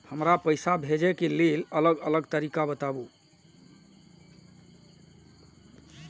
हमरा पैसा भेजै के लेल अलग अलग तरीका बताबु?